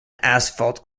asphalt